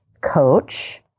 coach